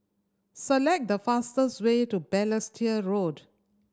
select the fastest way to Balestier Road